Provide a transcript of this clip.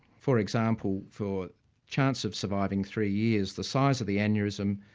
for example, for chance of surviving three years, the size of the aneurysm,